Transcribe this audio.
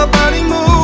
ah body move